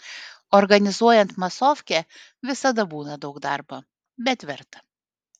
organizuojant masofkę visada būna daug darbo bet verta